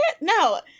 No